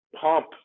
pump